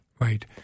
Right